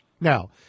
Now